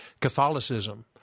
Catholicism